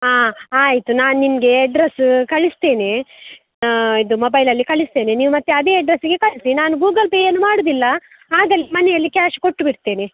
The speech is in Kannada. ಹಾಂ ಆಯಿತು ನಾನು ನಿಮಗೆ ಎಡ್ರೆಸ್ ಕಳಿಸ್ತೇನೆ ಇದು ಮೊಬೈಲಲ್ಲಿ ಕಳಿಸ್ತೇನೆ ನೀವು ಮತ್ತೆ ಅದೇ ಎಡ್ರೆಸ್ಸಿಗೆ ಕಳಿಸಿ ನಾನು ಗೂಗಲ್ ಪೇ ಏನು ಮಾಡೋದಿಲ್ಲ ಆಗಲೆ ಮನೆಯಲ್ಲಿ ಕ್ಯಾಶ್ ಕೊಟ್ಟು ಬಿಡ್ತೇನೆ